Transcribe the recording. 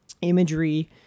imagery